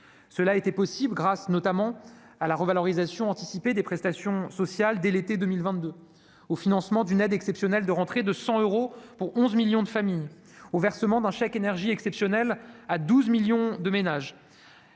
Cela a été possible notamment grâce à la revalorisation anticipée des prestations sociales dès l'été 2022, au financement d'une aide exceptionnelle de rentrée de 100 euros pour 11 millions de familles, au versement d'un chèque énergie exceptionnel à 12 millions de ménages